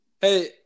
Hey